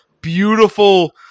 beautiful